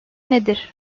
nedir